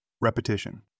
Repetition